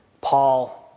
Paul